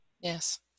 Yes